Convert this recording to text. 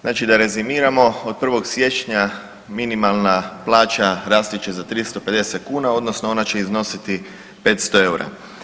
Znači da rezimiramo, od 1. siječnja minimalna plaća rasti će za 350 kuna odnosno ona će iznositi 500 eura.